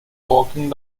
walking